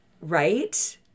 Right